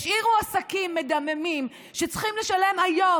השאירו עסקים מדממים שצריכים לשלם היום,